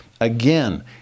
Again